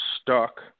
stuck